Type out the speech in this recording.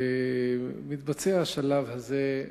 ומתבצע השלב הזה,